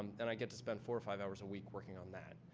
and i get to spend four or five hours a week working on that.